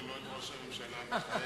ולא את ראש הממשלה המכהן.